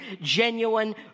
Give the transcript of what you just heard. Genuine